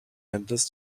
endless